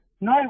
no